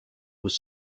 was